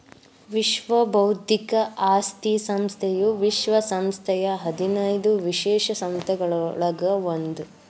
ವಿಶ್ವ ಬೌದ್ಧಿಕ ಆಸ್ತಿ ಸಂಸ್ಥೆಯು ವಿಶ್ವ ಸಂಸ್ಥೆಯ ಹದಿನೈದು ವಿಶೇಷ ಸಂಸ್ಥೆಗಳೊಳಗ ಒಂದ್